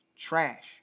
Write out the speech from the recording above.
Trash